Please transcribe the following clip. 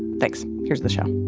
thanks. here's the show